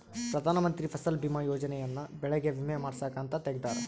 ಪ್ರಧಾನ ಮಂತ್ರಿ ಫಸಲ್ ಬಿಮಾ ಯೋಜನೆ ಯನ್ನ ಬೆಳೆಗೆ ವಿಮೆ ಮಾಡ್ಸಾಕ್ ಅಂತ ತೆಗ್ದಾರ